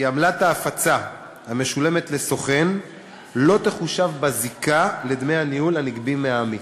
כי עמלת ההפצה המשולמת לסוכן לא תחושב בזיקה לדמי הניהול הנגבים מהעמית.